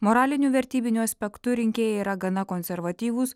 moraliniu vertybiniu aspektu rinkėjai yra gana konservatyvūs